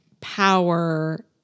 power